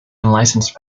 unlicensed